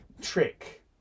trick